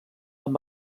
amb